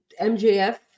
MJF